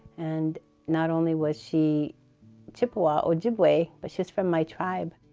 and not only was she chippewa, ojibwe, but she was from my tribe.